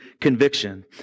conviction